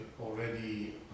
already